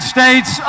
States